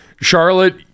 Charlotte